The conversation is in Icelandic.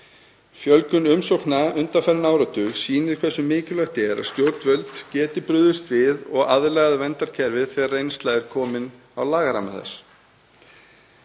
Fjölgun umsókna undanfarinn áratug sýnir hversu mikilvægt er að stjórnvöld geti brugðist við og aðlagað verndarkerfi þegar reynsla er komin á lagaramma